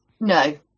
no